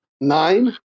Nine